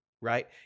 right